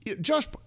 Josh